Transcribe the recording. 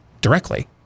Directly